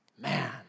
Man